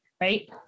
right